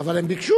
אבל הם ביקשו.